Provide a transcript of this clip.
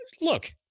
Look